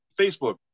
Facebook